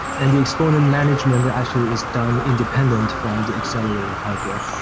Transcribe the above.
and the exponent management actually is done independent from the accelerator hardware.